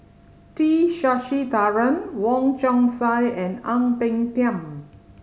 T Sasitharan Wong Chong Sai and Ang Peng Tiam